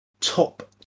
top